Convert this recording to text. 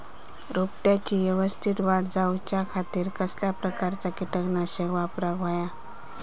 रोपट्याची यवस्तित वाढ जाऊच्या खातीर कसल्या प्रकारचा किटकनाशक वापराक होया?